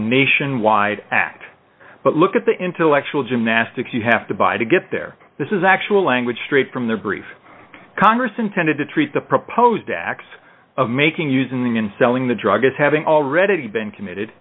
nationwide act but look at the intellectual gymnastics you have to buy to get there this is actual language straight from their brief congress intended to treat the proposed acts of making using and selling the drug as having already been committed